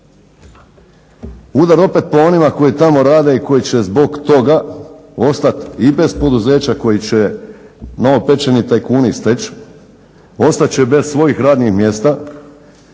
Udar opet po onima koji tamo rade i koji će zbog toga ostati i bez poduzeća koji će novopečeni tajkuni steći, ostat će bez svojih radnih mjesta.